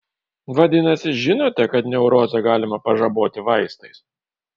vadinasi žinote kad neurozę galima pažaboti vaistais